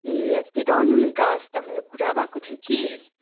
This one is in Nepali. ए हजुर त्यही त अनामिकासित मेरो कुरा भएको थियो कि